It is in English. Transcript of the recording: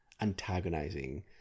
antagonizing